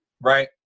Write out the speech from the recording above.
right